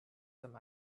some